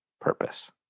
purpose